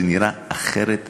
זה נראה אחרת לגמרי.